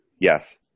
Yes